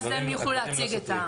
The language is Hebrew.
אז הם יוכלו להציג.